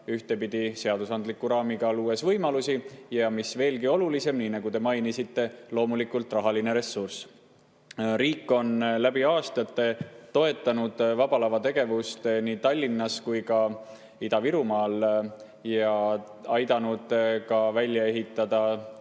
ühtpidi seadusandliku raamiga, luues võimalusi, ja mis veelgi olulisem, nii nagu te mainisite, loomulikult raha [eraldades]. Riik on läbi aastate toetanud Vaba Lava tegevust nii Tallinnas kui ka Ida-Virumaal ja aidanud ka välja ehitada seda